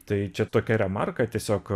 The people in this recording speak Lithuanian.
tai čia tokia remarka tiesiog